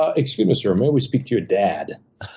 ah excuse me, sir, may we speak to your dad?